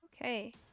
Okay